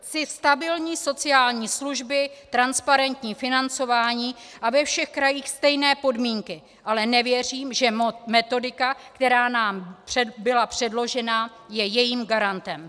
Chci stabilní sociální služby, transparentní financování a ve všech krajích stejné podmínky, ale nevěřím, že metodika, která nám byla předložena, je jejím garantem.